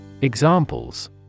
EXAMPLES